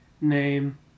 name